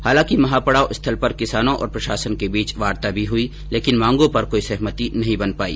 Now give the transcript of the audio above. हालांकि महापड़ाव स्थल पर किसानों और प्रशासन के बीच वार्ता भी हुई लेकिन मांगों पर कोई सहमति नहीं बन पाई